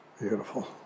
Beautiful